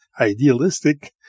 idealistic